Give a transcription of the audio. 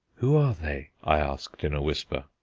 who are they? i asked in a whisper.